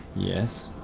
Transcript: yes,